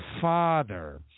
Father